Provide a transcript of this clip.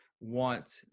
want